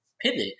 pivot